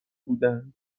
بودند